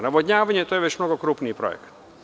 Navodnjavanje to je već mnogo krupniji projekat.